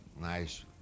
nice